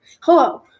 Hello